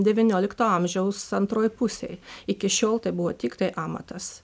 devyniolikto amžiaus antroj pusėj iki šiol tai buvo tiktai amatas